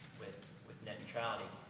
with with net neutrality,